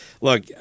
Look